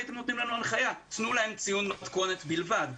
הייתם מוציאים הנחיה שניתן ציון מתכונת בלבד.